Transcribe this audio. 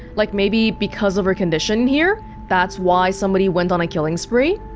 like, maybe because of her condition here that's why somebody went on a killing spree?